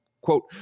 quote